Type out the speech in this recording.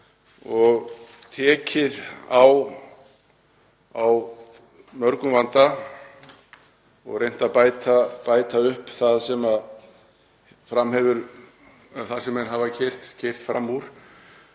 og tekið á mörgum vanda og reynt að bæta upp það sem menn hafa keyrt fram úr.